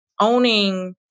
owning